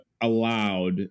allowed